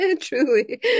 truly